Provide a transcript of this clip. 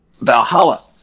valhalla